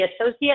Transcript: associate